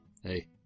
hey